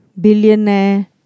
billionaire